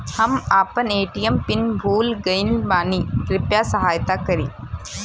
हम आपन ATM PIN भूल गईल बानी कृपया सहायता करी